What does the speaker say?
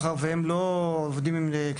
מאחר ובדרך כלל הם לא עובדים עם קטינים,